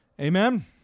Amen